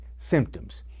symptoms